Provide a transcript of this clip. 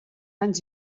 anys